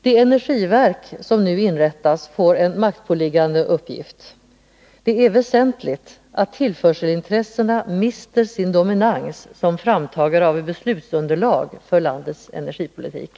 Det energiverk som nu inrättas får en maktpåliggande uppgift. Det är väsentligt att tillförselintressena mister sin dominans som framtagare av beslutsunderlag för landets energipolitik.